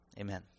Amen